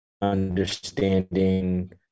understanding